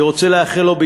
אני רוצה לאחל לו,